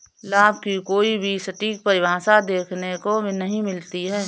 लाभ की कोई भी सटीक परिभाषा देखने को नहीं मिलती है